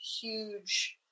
huge